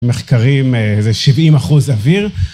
מחקרים איזה שבעים אחוז אוויר